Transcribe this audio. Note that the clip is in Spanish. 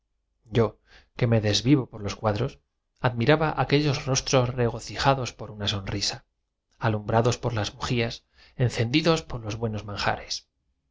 descuentos usurarios o renegar de las cuadros admiraba aqitellos rostros regocijados por una sonrisa alumbrados por las bujías encendidos por los buenos